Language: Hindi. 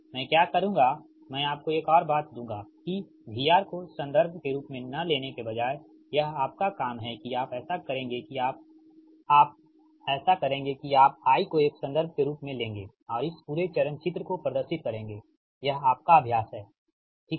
मैं क्या करूँगा मैं आपको एक और बात दूँगा कि VR को एक संदर्भ के रूप में लेने के बजाय यह आपका काम है कि आप ऐसा करेंगे की आप I को एक संदर्भ के रूप में लेंगे और इस पूरे चरण चित्र को प्रदर्शित करेंगे यह आपका अभ्यास है ठीक है